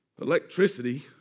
electricity